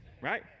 right